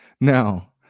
Now